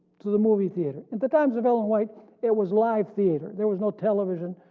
to the movie theater? in the times of ellen white it was live theater, there was no television,